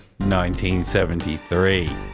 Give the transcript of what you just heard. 1973